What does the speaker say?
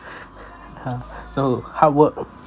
!huh! no hard work